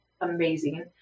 amazing